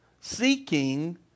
seeking